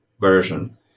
version